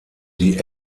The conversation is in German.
die